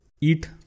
Eat